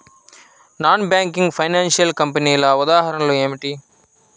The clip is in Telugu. నాన్ బ్యాంకింగ్ ఫైనాన్షియల్ కంపెనీల ఉదాహరణలు ఏమిటి?